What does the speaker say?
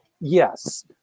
Yes